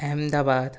Ahmedabad